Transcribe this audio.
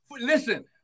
listen